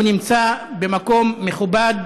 הוא נמצא במקום "מכובד"